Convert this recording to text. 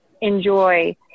enjoy